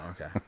okay